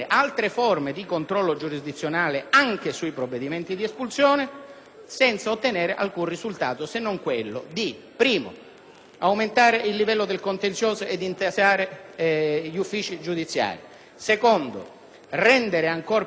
senza ottenere alcun risultato se non quello di aumentare il livello del contenzioso intasando gli uffici giudiziari, di rendere ancora più difficile il compito delle forze dell'ordine rispetto a questo tema